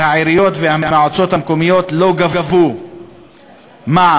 והעיריות והמועצות המקומיות לא גבו מע"מ.